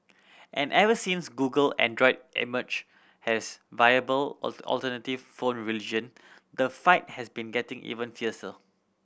and ever since Google Android emerged has viable alternative phone religion the fight has been getting even fiercer